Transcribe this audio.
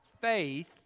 faith